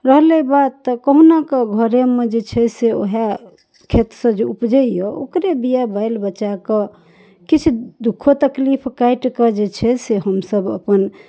रहलै बात तऽ कहुनाके घरे मे जे छै से ओएह खेत सऽ जे उपजैया ओकरे बिआ बालि बचा कऽ किछु दुखो तकलीफ काटि कऽ जे छै से हमसब अपन